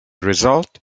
result